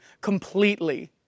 completely